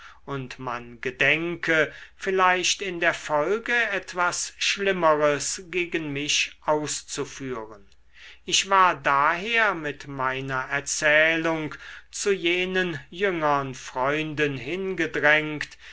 und man gedenke vielleicht in der folge etwas schlimmeres gegen mich auszuführen ich war daher mit meiner erzählung zu den jüngern freunden hingedrängt